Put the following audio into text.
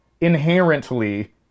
inherently